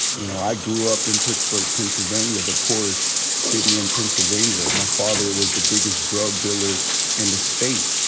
you know, i grew up in pittsburgh, pennsylvania, the poorest city in pennsylvania. my father was the biggest drug dealer in the state.